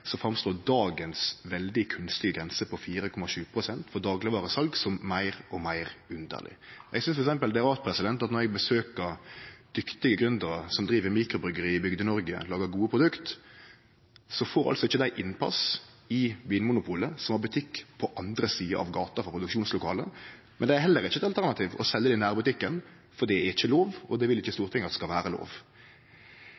så verkar dagens veldig kunstige grense på 4,7 pst. for daglegvaresal meir og meir underleg. Eg synest f.eks. det er rart at når eg besøkjer dyktige gründerar som driv mikrobryggjeri i Bygde-Noreg og lagar gode produkt, så får dei altså ikkje innpass hos Vinmonopolet som har butikk på andre sida av gata for produksjonslokalet. Men det er heller ikkje eit alternativ å selje dei i nærbutikken, for det er ikkje lov, og det vil ikkje